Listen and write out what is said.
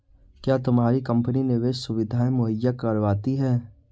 क्या तुम्हारी कंपनी निवेश सुविधायें मुहैया करवाती है?